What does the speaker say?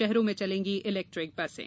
शहरों में चलेंगी इलेक्ट्रिक बसें